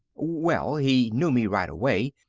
well, he knew me right away.